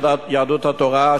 יהדות התורה.